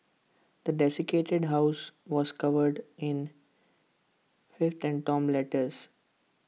the house was covered in filth and torn letters